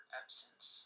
absence